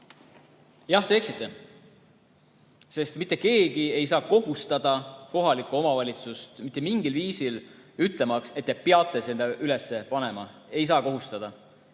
Jah, te eksite, sest mitte keegi ei saa kohustada kohalikku omavalitsust mitte mingil viisil, öeldes, et te peate selle üles panema. Ei saa kohustada.